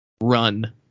run